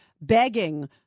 begging